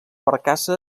barcassa